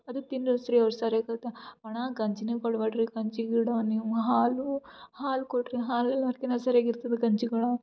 ಅದು ತಿನ್ನಿಸ್ರಿ ಅವ್ರು ಸರ್ಯಾಗಿ ಆಗ್ತಾ ಒಣ ಗಂಜಿ ಕೊಡಬೇಡ್ರಿ ಗಂಜಿ ಕೂಡ ನೀವು ಹಾಲು ಹಾಲು ಕೊಡ್ರಿ ಹಾಲು ಎಲ್ಲರ್ಕಿನ್ನು ಸರ್ಯಾಗಿರ್ತದೆ ಗಂಜಿಗೊಳ